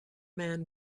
man